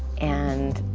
and